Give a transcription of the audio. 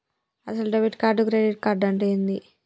అసలు debit card credit card అంటే ఏంది?